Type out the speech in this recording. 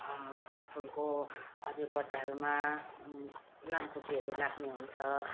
फल फुलको हरियो पत्ताहरूमा लामखुट्टेहरू लाग्ने हुन्छ